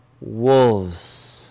wolves